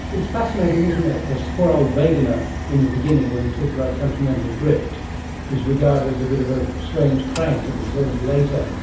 it's fascinating isn't it, because poor old wegener in the beginning when he talked about continental drift was regarded as a bit of a strange crank, and it was only later,